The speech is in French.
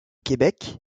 québec